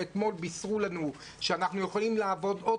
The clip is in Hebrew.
ואתמול בישרו לנו שאנחנו יכולים לעבוד עוד